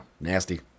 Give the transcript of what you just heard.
nasty